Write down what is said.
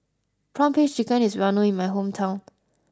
Prawn Paste Chicken is well known in my hometown